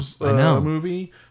movie